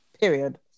period